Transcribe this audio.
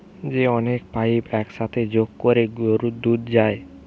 যে অনেক পাইপ এক সাথে যোগ কোরে গরুর দুধ যায়